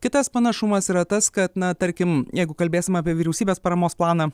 kitas panašumas yra tas kad na tarkim jeigu kalbėsim apie vyriausybės paramos planą